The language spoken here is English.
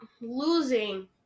losing